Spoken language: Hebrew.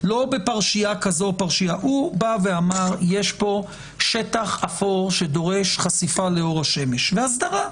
בא ואמר: יש פה שטח אפור שדורש חשיפה לאור השמש והסדרה.